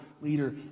leader